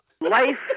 Life